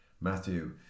Matthew